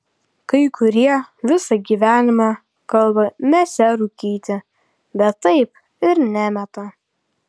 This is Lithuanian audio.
kai kurie visą gyvenimą kalba mesią rūkyti bet taip ir nemeta